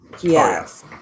Yes